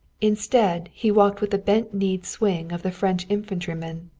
instead, he walked with the bent-kneed swing of the french infantryman,